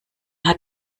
hat